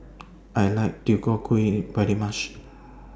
I like Deodeok Gui very much